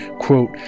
quote